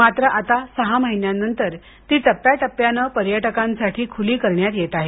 मात्र आता सहा महिन्यानंतर ती टप्प्या टप्प्यानं पर्यटकांसाठी खुली करण्यात येत आहेत